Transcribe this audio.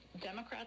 Democrats